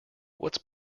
what’s